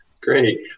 Great